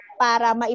para